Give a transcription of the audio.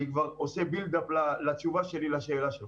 אני כבר עושה בילד-אפ לתשובה שלי לשאלה שלך.